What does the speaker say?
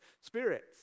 spirits